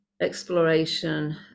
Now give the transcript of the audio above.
exploration